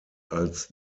als